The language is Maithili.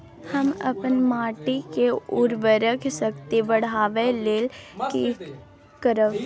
हम अपन माटी के उर्वरक शक्ति बढाबै लेल की करब?